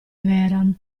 vehrehan